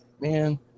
man